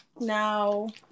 now